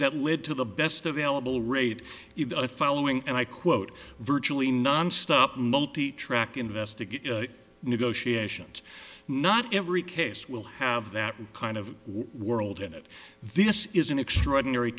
that led to the best available rate you the following and i quote virtually nonstop multi track investigate negotiations not every case will have that kind of world in it this is an extraordinary